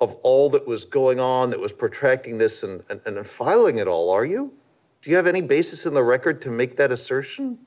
of all that was going on that was protecting this and or filing at all are you do you have any basis in the record to make that assertion